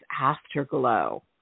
Afterglow